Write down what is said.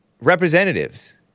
representatives